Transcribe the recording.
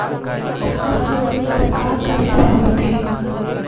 आधार जोड़े बर का करे ला होथे?